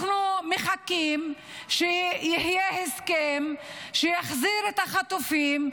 אנחנו מחכים שיהיה הסכם שיחזיר את החטופים,